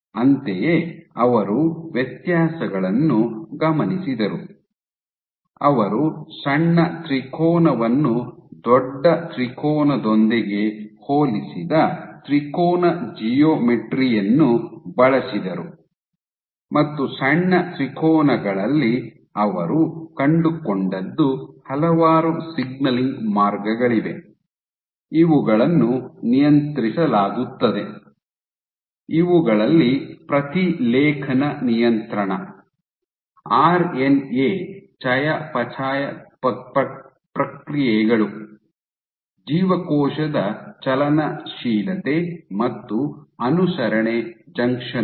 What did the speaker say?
ಅಂತೆಯೇ ಅವರು ವ್ಯತ್ಯಾಸಗಳನ್ನು ಗಮನಿಸಿದರು ಅವರು ಸಣ್ಣ ತ್ರಿಕೋನವನ್ನು ದೊಡ್ಡ ತ್ರಿಕೋನದೊಂದಿಗೆ ಹೋಲಿಸಿದ ತ್ರಿಕೋನ ಜಿಯೋಮೆಟ್ರಿ ಯನ್ನು ಬಳಸಿದರು ಮತ್ತು ಸಣ್ಣ ತ್ರಿಕೋನಗಳಲ್ಲಿ ಅವರು ಕಂಡುಕೊಂಡದ್ದು ಹಲವಾರು ಸಿಗ್ನಲಿಂಗ್ ಮಾರ್ಗಗಳಿವೆ ಇವುಗಳನ್ನು ನಿಯಂತ್ರಿಸಲಾಗುತ್ತದೆ ಇವುಗಳಲ್ಲಿ ಪ್ರತಿಲೇಖನ ನಿಯಂತ್ರಣ ಆರ್ ಎನ್ ಎ ಚಯಾಪಚಯ ಪ್ರಕ್ರಿಯೆಗಳು ಜೀವಕೋಶದ ಚಲನಶೀಲತೆ ಮತ್ತು ಅನುಸರಣೆ ಜಂಕ್ಷನ್ ಗಳು